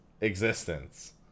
existence